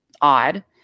odd